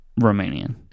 Romanian